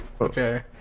Okay